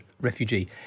refugee